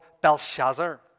Belshazzar